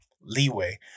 leeway